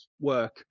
work